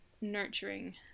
nurturing